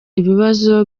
ibibazo